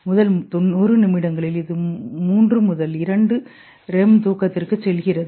முதல் 90 நிமிடங்களில் இது 3 முதல் 2 REM தூக்கத்திற்கு செல்கிறது